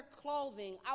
clothing